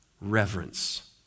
reverence